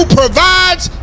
provides